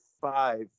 five